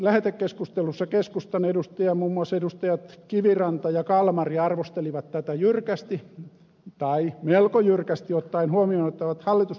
lähetekeskustelussa keskustan edustajat muun muassa edustajat kiviranta ja kalmari arvostelivat tätä jyrkästi tai melko jyrkästi ottaen huomioon että ovat hallituspuolueen edustajia